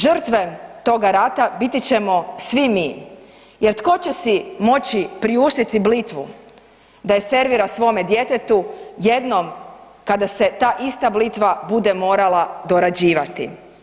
Žrtve toga rata biti ćemo svim mi jer tko će si moći priuštiti blitvu da je servira svome djetetu jednom kada se ta ista blitva bude morala dorađivati.